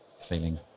feeling